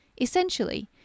Essentially